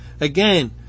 again